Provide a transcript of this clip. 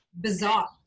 bizarre